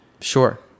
Sure